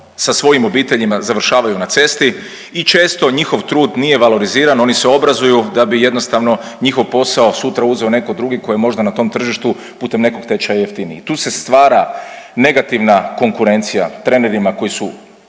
sa svojim obiteljima završavaju na cesti i često njihov trud nije valoriziran oni se obrazuju da bi jednostavno njihov posao sutra uzeo neko drugi koji možda na tom tržištu putem nekog tečaja jeftiniji. Tu se stvara negativna konkurencija trenerima koji su